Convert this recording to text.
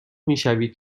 میشوید